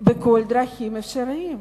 בכל הדרכים האפשריות.